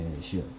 sure